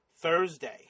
Thursday